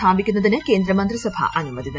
സ്ഥാപിക്കുന്നതിന് കേന്ദ്രമന്ത്രിസഭ അനുമതി നൽകി